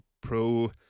pro